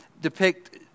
depict